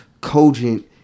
cogent